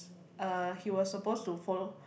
uh he was supposed to follow